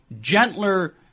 gentler